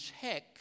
check